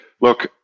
look